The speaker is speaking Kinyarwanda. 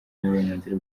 n’uburenganzira